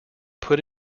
put